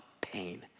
pain